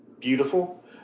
beautiful